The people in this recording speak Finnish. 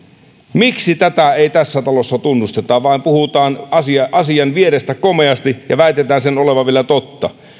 miksi tätä ei tässä talossa tunnusteta vaan puhutaan asian asian vierestä komeasti ja väitetään sen olevan vielä totta